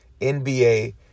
NBA